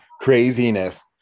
craziness